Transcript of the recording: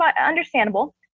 understandable